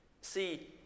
See